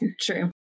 true